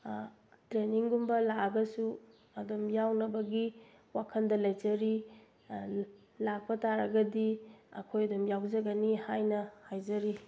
ꯇ꯭ꯔꯦꯅꯤꯡꯒꯨꯝꯕ ꯂꯥꯛꯑꯒꯁꯨ ꯑꯗꯨꯝ ꯌꯥꯎꯅꯕꯒꯤ ꯋꯥꯈꯟꯗ ꯂꯩꯖꯔꯤ ꯂꯥꯛꯄ ꯇꯥꯔꯒꯗꯤ ꯑꯩꯈꯣꯏ ꯑꯗꯨꯝ ꯌꯥꯎꯖꯒꯅꯤ ꯍꯥꯏꯅ ꯍꯥꯏꯖꯔꯤ